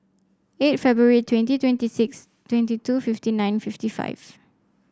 eight February twenty twenty six twenty two fifty nine fifty five